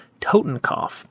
Totenkopf